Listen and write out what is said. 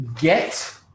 get